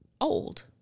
old